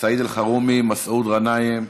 סעיד אלחרומי, מסעוד גנאים,